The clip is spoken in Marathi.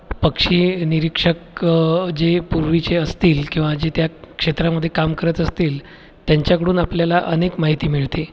पक्षी निरीक्षक जे पूर्वीचे असतील किंवा जे त्या क्षेत्रामध्ये काम करत असतील त्यांच्याकडून आपल्याला अनेक माहिती मिळते